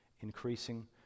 increasing